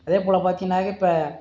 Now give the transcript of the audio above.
அதே போல் பார்த்தீங்கன்னாக்கா இப்போ